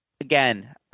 Again